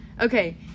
okay